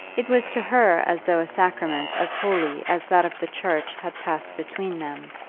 it was to her as though a sacrament as holy as that of the church had passed between them,